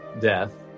death